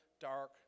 dark